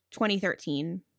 2013